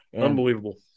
Unbelievable